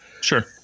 Sure